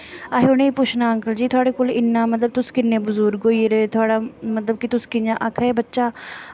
असें उ'नें गी पुच्छना कि तोआढ़े कोल मतलब तुस किन्ने बजुर्ग होई गेदे ओ तोआढ़ा मतलब कि तुस कि'यां आक्खा दे हे बच्चा